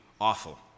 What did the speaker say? awful